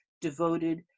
devoted